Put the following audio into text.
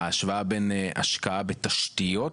ההשוואה בין השקעה בתשתיות,